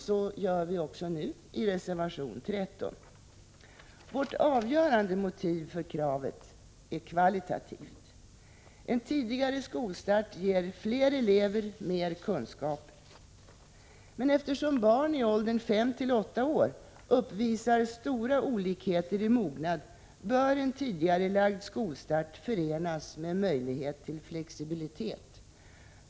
Så gör vi också nu i reservation 13. Det avgörande motivet för vårt krav är kvalitativt. En tidigare skolstart ger fler elever mer kunskaper. Men eftersom barn i åldern fem till åtta år uppvisar stora olikheter i mognad bör en tidigarelagd skolstart förenas med möjlighet till flexibilitet.